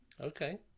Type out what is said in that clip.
Okay